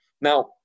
Now